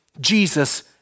Jesus